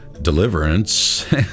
Deliverance